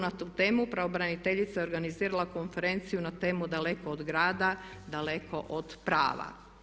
Na tu temu pravobraniteljica je organizirala konferenciju na temu „Daleko od grada, daleko od prava“